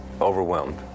overwhelmed